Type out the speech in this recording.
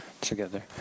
together